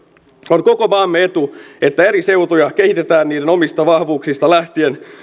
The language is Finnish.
on koko maamme etu että eri seutuja kehitetään niiden omista vahvuuksista lähtien